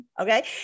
okay